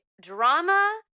drama